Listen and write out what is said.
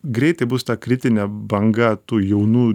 greitai bus ta kritinė banga tų jaunų